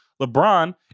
LeBron